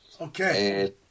Okay